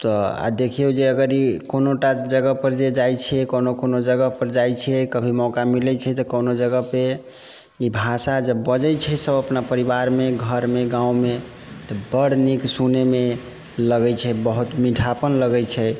तऽ देखियौ जे अगर ई कोनोटा जगहपर जे जाइ छियै कोनो कोनो जगहपर जाइ छियै कभी मौका मिलै छै तऽ कोनो जगहपर ई भाषा बजै छै सभ अपना परिवारमे घरमे गाँवमे तऽ बड़ नीक सुनैमे लगै छै बहुत मीठापन लगै छै